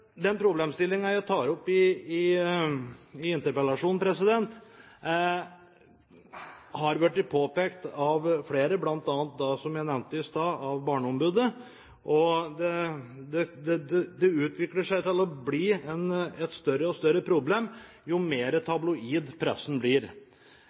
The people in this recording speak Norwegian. Den problemstillingen jeg tar opp i interpellasjonen, har vært påpekt av flere, bl.a., som jeg nevnte, av barneombudet. Det utvikler seg til å bli et større og større problem jo